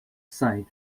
site